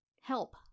Help